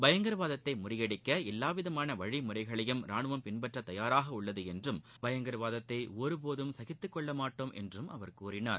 பயங்கரவாதத்தை முறிபடிக்க எல்வாவிதமான வழிமுறைகளையும் ராணுவம் பின்பற்ற தயாராக உள்ளது என்றும் பயங்கரவாதத்தை ஒருபோதும் சகித்துக் கொள்ள மாட்டோம் என்றும் அவர் கூறினார்